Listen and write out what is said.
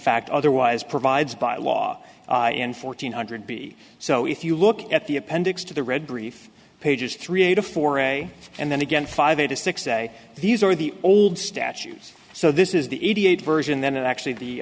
fact otherwise provides by law in fourteen hundred b so if you look at the appendix to the read brief pages three to four a and then again five eight to six say these are the old statutes so this is the eighty eight version then actually the